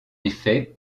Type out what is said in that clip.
effet